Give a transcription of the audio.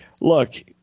look